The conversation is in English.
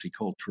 multicultural